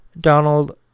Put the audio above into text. Donald